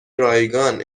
رایگان